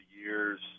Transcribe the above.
years